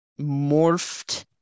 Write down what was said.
morphed